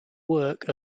work